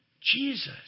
Jesus